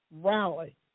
rally